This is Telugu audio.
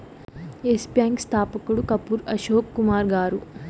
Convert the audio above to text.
ఎస్ బ్యాంకు స్థాపకుడు కపూర్ అశోక్ కుమార్ గారు